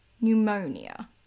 pneumonia